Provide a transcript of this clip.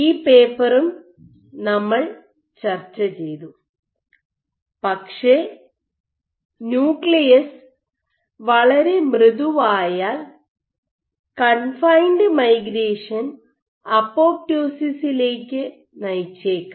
ഈ പേപ്പറും നമ്മൾ ചർച്ചചെയ്തു പക്ഷേ ന്യൂക്ലിയസ് വളരെ മൃദുവായാൽ കൺഫൈൻഡ് മൈഗ്രേഷൻ അപ്പോപ്റ്റോസിസിലേക്ക് നയിച്ചേക്കാം